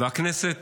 והכנסת